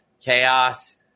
Chaos